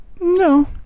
No